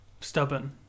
stubborn